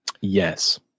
Yes